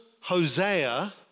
Hosea